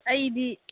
ꯑꯩꯗꯤ